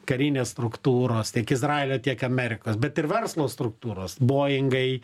karinės struktūros tiek izraelio tiek amerikos bet ir verslo struktūros boingai